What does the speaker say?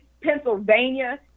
Pennsylvania